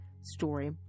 story